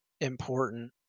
important